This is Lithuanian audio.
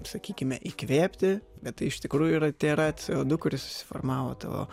sakykime įkvėpti bet tai iš tikrųjų yra tėra co du kuris susiformavo tavo